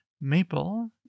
Maple